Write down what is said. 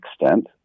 extent